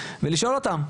ולשאול אותם.